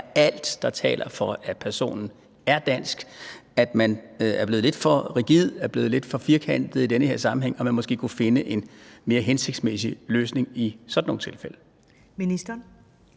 alt, der taler for, at personen er dansk, er blevet lidt for rigid, er blevet lidt for firkantet, i den her sammenhæng, og at man måske kunne finde en mere hensigtsmæssig løsning i sådan nogle tilfælde?